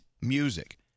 music